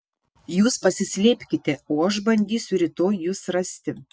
jūs pasislėpkite o aš bandysiu rytoj jus rasti